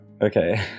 Okay